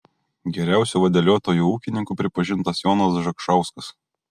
geriausiu vadeliotoju ūkininku pripažintas jonas zakšauskas